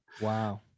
wow